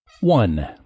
One